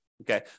okay